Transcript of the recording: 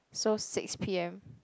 so six p_m